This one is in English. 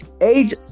age